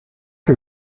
que